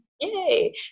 Yay